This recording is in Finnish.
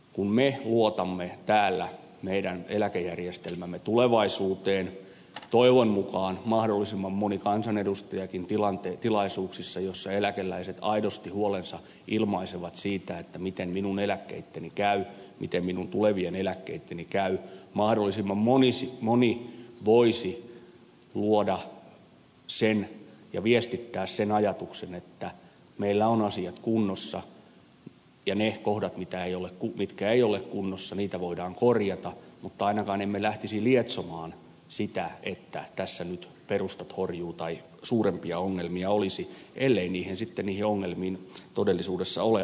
kun me luotamme täällä meidän eläkejärjestelmämme tulevaisuuteen toivon mukaan mahdollisimman moni kansanedustajakin tilaisuuksissa joissa eläkeläiset aidosti huolensa ilmaisevat siitä että miten minun eläkkeitteni käy miten minun tulevien eläkkeitteni käy mahdollisimman moni voisi luoda ja viestittää sen ajatuksen että meillä ovat asiat kunnossa ja niitä kohtia mitkä eivät ole kunnossa voidaan korjata mutta ainakaan emme lähtisi lietsomaan sitä että tässä nyt perustat horjuvat tai suurempia ongelmia olisi ellei sitten niihin ongelmiin todellisuudessa ole aihetta